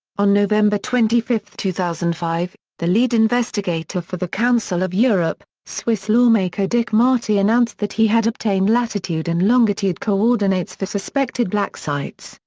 on november twenty five, two thousand and five, the lead investigator for the council of europe, swiss lawmaker dick marty announced that he had obtained latitude and longitude coordinates for suspected black sites,